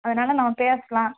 அதனால் நாம் பேசலாம்